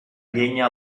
llenya